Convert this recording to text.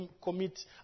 commit